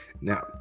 Now